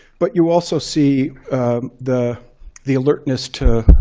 but you also see the the alertness to